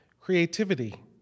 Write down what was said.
Creativity